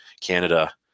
Canada